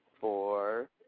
four